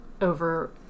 over